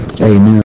Amen